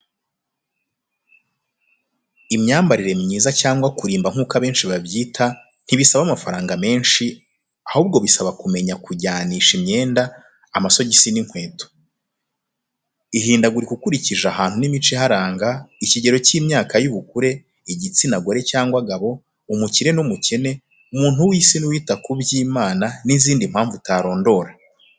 Imyambarire myiza cyangwa kurimba nk'uko abenshi babyita, ntibisaba amafaranga menshi ahubwo bisaba kumenya kujyanisha imyenda, amasogisi n'inkweto. Ihindagurika ukurikije ahantu n'imico iharanga, ikigero cy'imyaka y'ubukure, igitsina gore cyangwa gabo, umukire n'umukene, umuntu w'isi n'uwita ku by'Imana n'izindi mpamvu utarondora.